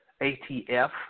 ATF